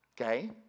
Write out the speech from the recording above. Okay